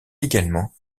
également